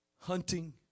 hunting